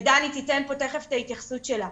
ודני תתן פה תיכף את ההתייחסות שלה,